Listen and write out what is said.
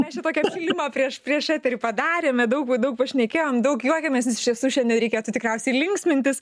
mes čia tokį apšilimą prieš prieš eterį padarėme daug va daug pašnekėjom daug juokiamės nes iš tiesų šiandien reikėtų tikriausiai linksmintis